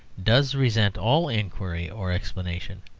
does resent all inquiry or explanation.